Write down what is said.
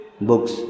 books